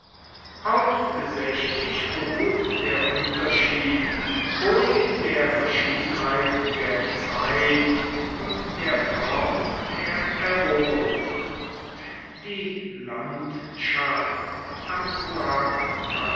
hauptsächlich beruht der unterschied wohl in der verschiedenheit der zeit und der form der eroberung die landschaft